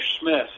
Smith